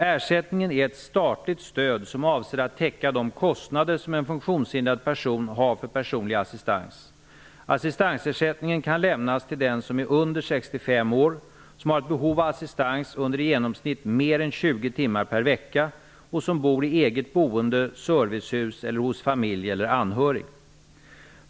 Ersättningen är ett statligt stöd som avser att täcka de kostnader som en funktionshindrad person har för personlig assistans. Assistansersättningen kan lämnas till den som är under 65 år, som har ett behov av assistans under i genomsnitt mer än 20 timmar per vecka och som bor i eget boende, servicehus eller hos familj eller anhörig.